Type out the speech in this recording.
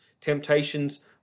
Temptations